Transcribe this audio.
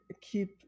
keep